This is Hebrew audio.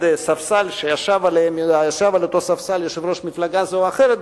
ספסל שישב עליו יושב-ראש מפלגה זו או אחרת,